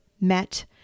met